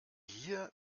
hier